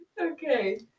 okay